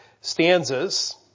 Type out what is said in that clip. stanzas